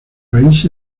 país